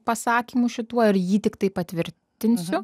pasakymu šituo ir jį tiktai patvirtinsiu